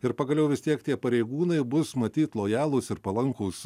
ir pagaliau vis tiek tie pareigūnai bus matyt lojalūs ir palankūs